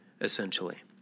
essentially